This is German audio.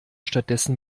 stattdessen